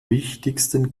wichtigsten